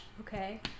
Okay